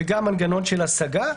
וגם מנגנון של השגה,